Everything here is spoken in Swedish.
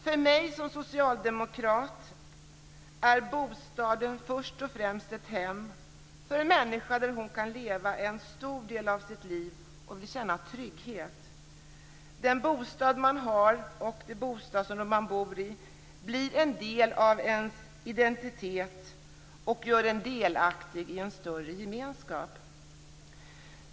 För mig som socialdemokrat är bostaden först och främst ett hem för en människa där hon kan leva en stor del av sitt liv och känna trygghet. Den bostad man bor i blir en del av ens identitet och gör att man blir delaktig i en större gemenskap.